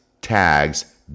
tags